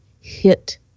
hit